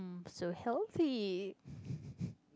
so healthy